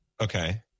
Okay